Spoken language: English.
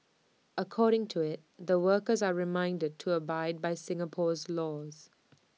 according to IT the workers are reminded to abide by Singapore's laws